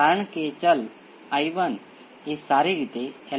તેથી આપણને આપણાં ઉકેલોમાં થોડી વધારે આંતરિક બાબતો મળે